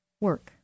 work